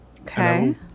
okay